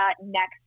next